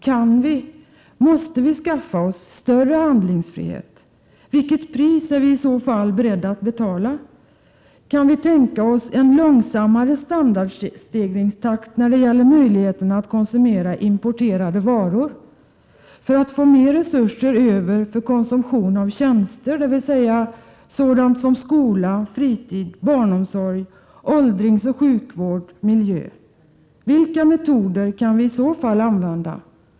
Kan vi — måste vi skaffa oss större handlingsfrihet? Vilket pris är vi i så fall beredda att betala? Kan vi tänka oss en långsammare standardstegringstakt när det gäller möjligheterna att konsumera importerade varor, för att få mer resurser över för konsumtion av tjänster, dvs. sådant som skola, fritid, barnomsorg, åldringsoch sjukvård, miljö? Vilka metoder kan vi i så fall använda?